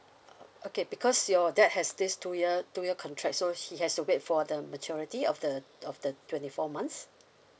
okay because your dad has this two year two year contract so he has to wait for the maturity of the of the twenty four month